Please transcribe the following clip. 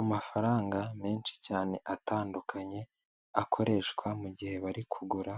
Amafaranga menshi cyane atandukanye akoreshwa mu gihe bari kugura